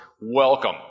Welcome